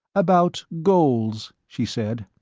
about goals, she said.